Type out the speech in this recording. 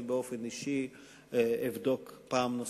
אני באופן אישי אבדוק פעם נוספת.